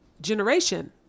generation